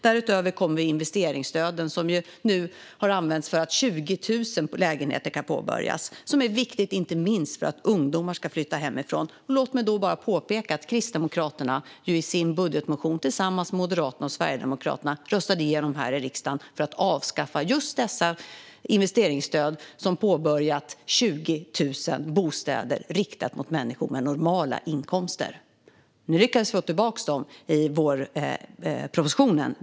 Därutöver kommer investeringsstöden, som nu har använts så att 20 000 lägenheter kan påbörjas. Det är viktigt inte minst för att ungdomar ska kunna flytta hemifrån. Låt mig då påpeka att Kristdemokraterna i och med budgetmotionen som de tillsammans med Moderaterna och Sverigedemokraterna röstade igenom här i riksdagen röstade för att avskaffa just dessa investeringsstöd, som alltså möjliggjort påbörjandet av 20 000 bostäder riktade till människor med normala inkomster. Nu lyckades vi få tillbaka dem i vår vårändringsbudget.